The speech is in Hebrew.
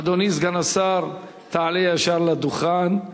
אדוני סגן השר, תעלה ישר לדוכן.